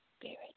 Spirit